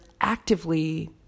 actively